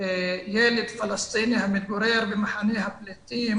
ילד פלסטיני המתגורר במחנה הפליטים